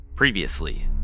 Previously